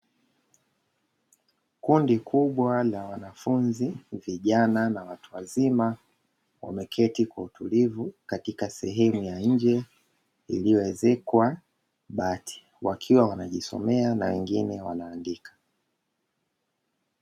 Kundi kubwa la wanafunzi vijana na watu wazima wameketi kwa utulivu, katika sehemu ya nje iliyoezekwa bati wakiwa wanajisomea wengine wanaandika.